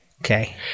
Okay